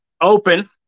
Open